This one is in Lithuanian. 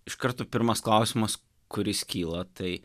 iš karto pirmas klausimas kuris kyla tai